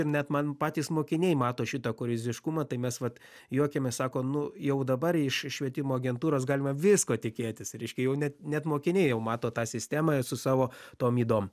ir net man patys mokiniai mato šitą kurioziškumą tai mes vat juokiamės sako nu jau dabar iš švietimo agentūros galima visko tikėtis reiškia jau net net mokiniai jau mato tą sistemą su savo tom ydom